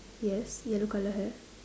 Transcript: yes yellow colour hair